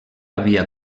havia